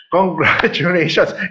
Congratulations